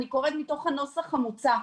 אני קוראת מתוך הנוסח המוצע.